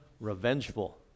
revengeful